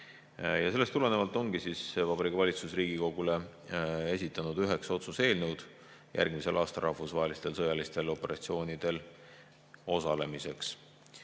Sellest tulenevalt ongi Vabariigi Valitsus Riigikogule esitanud üheksa otsuse-eelnõu järgmisel aastal rahvusvahelistel sõjalistel operatsioonidel osalemiseks.